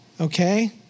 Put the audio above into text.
okay